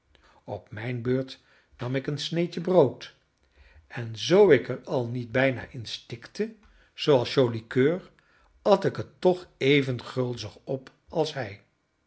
op mijn beurt nam ik een sneedje brood en zoo ik er al niet bijna in stikte zooals joli coeur at ik het toch even gulzig op als hij